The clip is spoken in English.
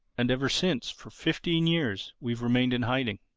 and ever since, for fifteen years, we've remained in hiding.